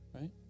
right